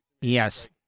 Yes